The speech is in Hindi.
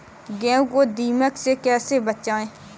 गेहूँ को दीमक से कैसे बचाएँ?